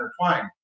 intertwined